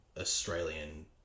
Australian